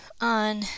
on